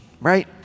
right